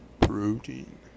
Protein